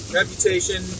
reputation